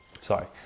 sorry